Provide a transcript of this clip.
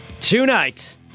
tonight